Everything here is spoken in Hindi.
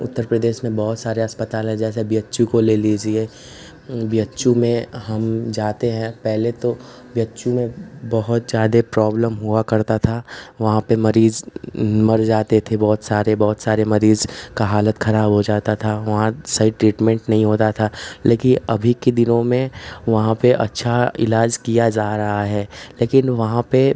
उत्तर प्रदेश में बहुत सारे अस्पताल हैं जैसे बी एच यू को ले लीजिए बी एच यू में हम जाते हैं पहले तो बी एच यू में बहुत जादे प्रॉब्लम हुआ करती थी वहाँ पर मरीज़ मर जाते थे बहुत सारे बहुत सारे मरीज़ की हालत खराब हो जाती थी वहाँ सही ट्रीटमेन्ट नहीं होता था लेकिन अभी के दिनों में वहाँ पर अच्छा इलाज़ किया जा रहा है लेकिन वहाँ पर